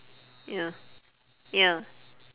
ya ya